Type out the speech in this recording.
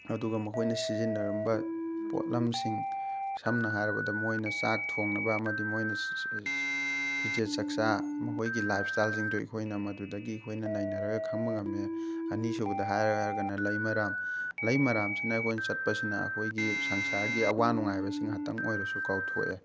ꯑꯗꯨꯒ ꯃꯈꯣꯏꯅ ꯁꯤꯖꯤꯟꯅꯔꯝꯕ ꯄꯣꯠꯂꯝꯁꯤꯡ ꯁꯝꯅ ꯍꯥꯏꯔꯕꯗ ꯃꯣꯏꯅ ꯆꯥꯛ ꯊꯣꯡꯅꯕ ꯑꯃꯗꯤ ꯃꯣꯏꯅ ꯐꯤꯖꯦꯠ ꯆꯥꯛꯆꯥ ꯃꯈꯣꯏꯒꯤ ꯂꯥꯏꯞ ꯁ꯭ꯇꯥꯏꯜꯁꯤꯡꯗꯨ ꯑꯩꯈꯣꯏꯅ ꯃꯗꯨꯗꯒꯤ ꯑꯩꯈꯣꯏꯅ ꯅꯩꯅꯔꯒ ꯈꯪꯕ ꯉꯝꯃꯦ ꯑꯅꯤꯁꯨꯕꯗ ꯍꯥꯏꯌꯨ ꯍꯥꯏꯔꯒꯅ ꯂꯩꯃꯔꯥꯝ ꯂꯩꯃꯔꯥꯝꯁꯤꯅ ꯑꯩꯈꯣꯏꯅ ꯆꯠꯄꯁꯤꯅ ꯑꯩꯈꯣꯏꯒꯤ ꯁꯪꯁꯥꯔꯒꯤ ꯑꯋꯥ ꯅꯨꯡꯉꯥꯏ ꯍꯥꯏꯕꯁꯤ ꯉꯥꯏꯍꯥꯛꯇꯪ ꯑꯣꯏꯔꯁꯨ ꯀꯥꯎꯊꯣꯛꯑꯦ